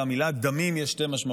למילה "דמים" יש שתי משמעויות: